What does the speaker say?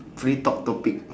free talk topic